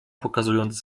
pokazując